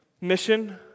mission